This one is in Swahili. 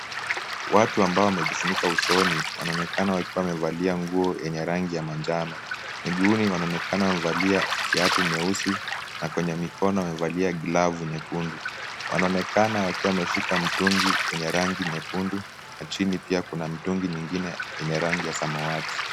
Watu ambao wamejifunika usoni wanaonekana wakiwa wamevalia nguo yenye rangi ya manjano. Miguuni wanaonekana wamevalia kiatu nyeusi na kwenye mikono wamevalia glavu nyekundu. Wanaonekana wakiwa wameshika mtungi yenye rangi nyekundu na chini pia kuna mtungi nyingine yenye rangi ya samawati.